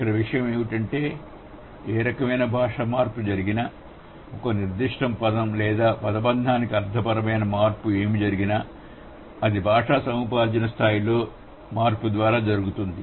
ఇక్కడ ఉన్న విషయం ఏమిటంటే ఏ రకమైన భాషా మార్పు జరిగినా ఒక నిర్దిష్ట పదం లేదా పదబంధానికి అర్థపరమైన మార్పు ఏమి జరిగినా అది భాషా సముపార్జన స్థాయిలో మార్పుద్వారా జరుగుతుంది